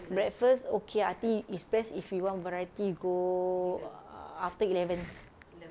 breakfast okay ah I think it's best if you want variety you go uh after eleven